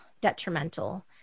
detrimental